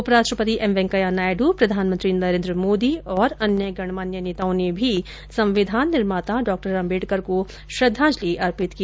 उपराष्ट्रपति एम वेंकैया नायडू प्रधानमंत्री नरेन्द्र मोदी और अन्य गण्यमान्य नेताओं ने भी संविधान निर्माता डॉक्टर अम्बेडकर को श्रद्वांजलि अर्पित की